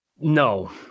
no